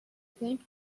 think